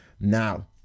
Now